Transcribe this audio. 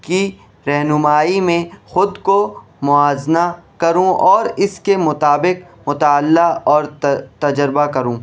کی رہنمائی میں خود کو موازنہ کروں اور اس کے مطابق مطالعہ اور تجربہ کروں